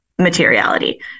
Materiality